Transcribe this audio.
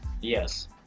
Yes